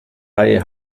reihe